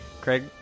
Craig